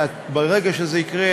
ברגע שזה יקרה,